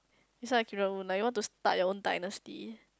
you sound like Kim Jong Un like you want to start your own dynasty